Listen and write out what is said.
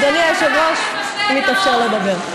אדוני היושב-ראש, אם יתאפשר לדבר.